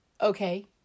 Okay